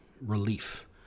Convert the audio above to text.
relief